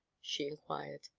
she inquired.